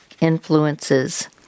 influences